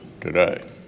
today